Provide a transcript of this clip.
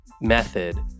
method